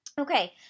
okay